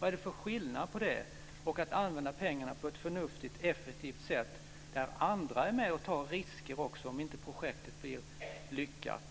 Vad är det för skillnad mellan det och att använda pengarna på ett förnuftigt, effektivt sätt, där andra också är med och tar risker om ett projekt inte blir lyckat?